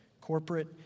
Corporate